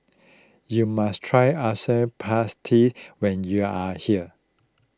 you must try Asam Pedas when you are here